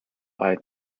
eyed